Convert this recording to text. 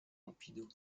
pompidou